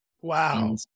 Wow